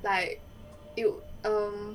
like it um